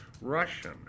Russian